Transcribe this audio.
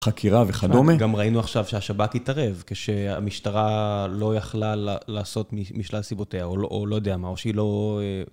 חקירה וכדומה. גם ראינו עכשיו שהשבכ התערב, כשהמשטרה לא יכלה לעשות משלל סיבותיה, או לא יודע מה, או שהיא לא...